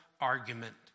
argument